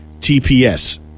TPS